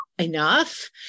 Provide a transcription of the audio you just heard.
enough